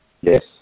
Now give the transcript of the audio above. Yes